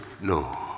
no